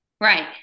Right